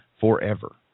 forever